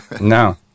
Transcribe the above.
no